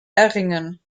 erringen